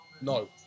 No